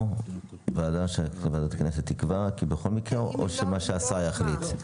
ועדה אחרת שהכנסת תקבע או ועדה שהשר יחליט.